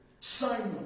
Simon